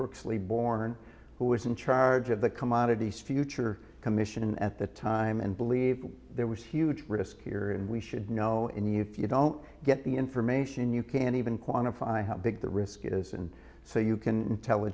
brooksley born who was in charge of the commodities future commission at the time and believed there was huge risk here and we should know in you don't get the information you can't even quantify how big the risk is and so you can tell